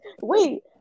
Wait